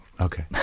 okay